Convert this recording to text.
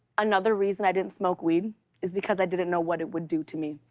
another reason i didn't smoke weed is because i didn't know what it would do to me.